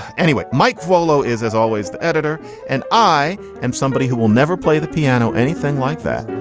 anyway. mike volo is, as always, the editor and i am somebody who will never play the piano, anything like that.